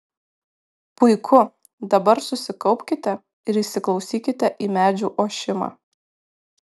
puiku dabar susikaupkite ir įsiklausykite į medžių ošimą